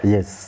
Yes